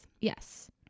Yes